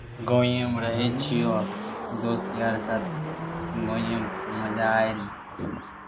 गाँवेमे रहै छियह दोस्त यार साथ गाँवेमे मजा आयल